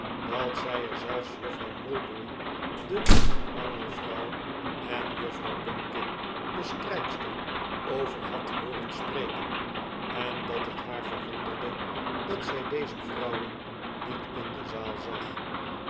dat zij er zelfs juffrouw mulberry de mangelvrouw en juffrouw bunkin de strijkster over had hooren spreken en dat het haar verwonderde dat zij deze juffrouwen niet in de zaal zagj